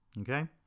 Okay